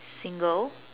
single